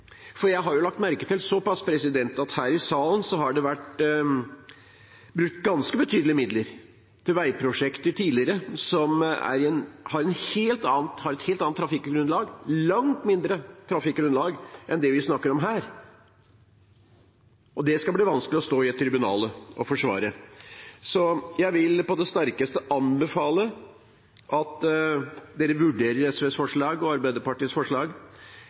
for jeg har jo lagt merke til såpass at her i salen har det vært brukt ganske betydelige midler på veiprosjekter tidligere som har et helt annet trafikkgrunnlag, et langt mindre trafikkgrunnlag, enn det vi snakker om her. Det skal det bli vanskelig å stå foran et tribunal og forsvare. Så jeg vil på det sterkeste anbefale at en vurderer SV og Arbeiderpartiets forslag,